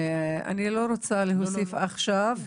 << דובר_המשך >> אימאן ח'טיב יאסין (רע"מ,